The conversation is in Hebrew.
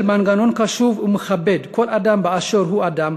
של מנגנון קשוב ומכבד כל אדם באשר הוא אדם,